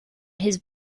his